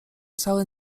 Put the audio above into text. cały